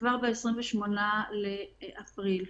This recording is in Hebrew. אני ידעתי אם לבת שלי יש הסעה רק במוצאי שבת.